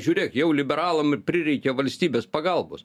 žiūrėk jau liberalam ir prireikė valstybės pagalbos